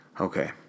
Okay